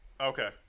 Okay